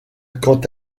quant